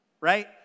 right